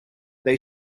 they